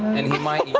and he might